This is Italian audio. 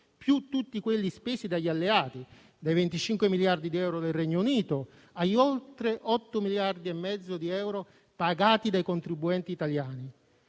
più tutti quelli spesi dagli Alleati; dai 25 miliardi di euro del Regno Unito agli oltre 8,5 miliardi di euro pagati dai contribuenti italiani.